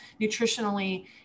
nutritionally